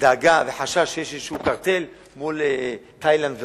ודאגה וחשש שיש איזה קרטל מול תאילנד ועוד,